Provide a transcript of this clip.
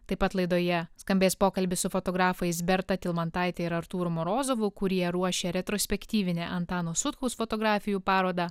taip pat laidoje skambės pokalbis su fotografais berta tilmantaite ir artūru morozovu kurie ruošia retrospektyvinę antano sutkaus fotografijų parodą